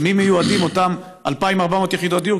למי מיועדות אותן 2,400 יחידות דיור,